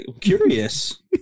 Curious